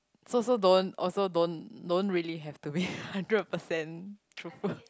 so so don't also don't don't really have be hundred percent truthful